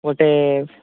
ଗୋଟେ